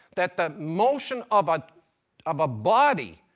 that the motion of ah of a body,